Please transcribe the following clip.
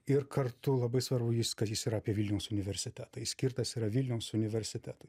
ir kartu labai svarbu jis kad jis ir apie vilniaus universitetą jis skirtas yra vilniaus universitetui